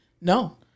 No